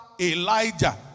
Elijah